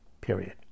period